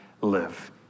live